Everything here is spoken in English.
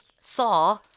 saw